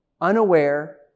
unaware